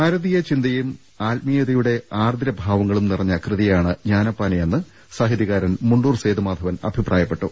ഭാരതീയ ചിന്തയും ആത്മീയതയുടെ ആർദ്രഭാവങ്ങളും നിറഞ്ഞ കൃതിയാണ് ജ്ഞാനപ്പാനയെന്ന് സാഹിത്യകാരൻ മുണ്ടൂർ സേതു മാധവൻ അഭിപ്രായപ്പെട്ടു